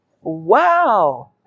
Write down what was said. Wow